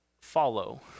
follow